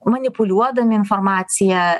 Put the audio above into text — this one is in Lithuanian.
manipuliuodami informaciją